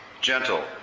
gentle